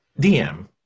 DM